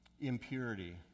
impurity